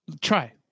try